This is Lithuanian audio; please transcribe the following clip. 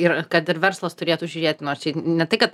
ir kad ir verslas turėtų žiūrėt nors čia ne tai kad